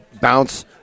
bounce